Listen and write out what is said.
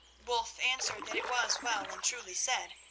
wulf answered that it was well and truly said,